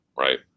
right